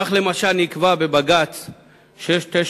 כך למשל נקבע בבג"ץ 6976/04,